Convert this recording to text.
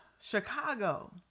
Chicago